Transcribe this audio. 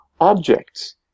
objects